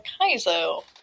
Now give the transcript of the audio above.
Kaizo